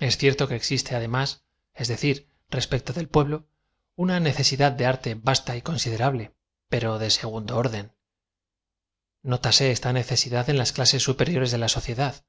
es cierto que existe adema es decir respecto del pueblo una necesidad de arte vasta y conaidera ble pero de segundo orden nótase esta necesidad en las clases auperiores de la sociedad